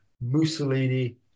Mussolini